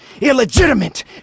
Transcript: illegitimate